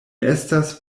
estas